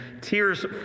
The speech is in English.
tears